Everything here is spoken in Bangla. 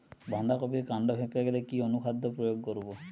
বাঁধা কপির কান্ড ফেঁপে গেলে কি অনুখাদ্য প্রয়োগ করব?